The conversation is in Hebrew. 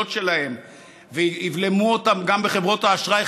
שלהם ויבלמו אותן גם בחברות האשראי,